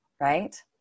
Right